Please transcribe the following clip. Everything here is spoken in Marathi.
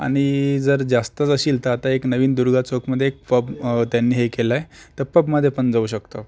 आणि जर जास्त जाशील तर आता एक नवीन दुर्गा चौकमध्ये एक फब त्यांनी हे केलं आहे तर पबमध्ये पण जाऊ शकतो